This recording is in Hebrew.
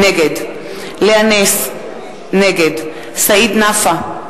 נגד לאה נס, נגד סעיד נפאע,